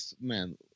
man